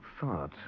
thought